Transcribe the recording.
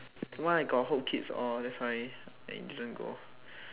why I got all that's why I didn't go